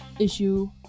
issue